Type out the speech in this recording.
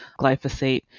glyphosate